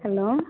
hello